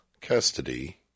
custody